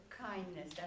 kindness